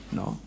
no